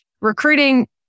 Recruiting